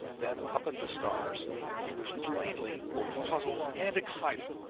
then up at the stars he was plainly both puzzled and excited.